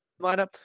lineup